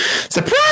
surprise